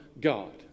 God